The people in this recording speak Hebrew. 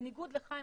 בניגוד לחיים,